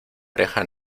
oreja